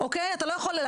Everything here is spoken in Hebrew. אתה לא יכול להסתיר את זה.